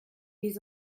les